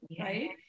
Right